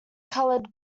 coloured